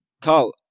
Tal